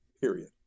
period